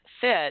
fit